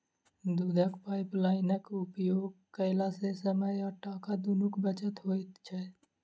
दूधक पाइपलाइनक उपयोग कयला सॅ समय आ टाका दुनूक बचत होइत छै